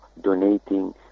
donating